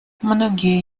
многие